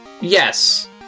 Yes